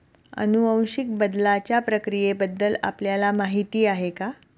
अनुवांशिक बदलाच्या प्रक्रियेबद्दल आपल्याला माहिती आहे का?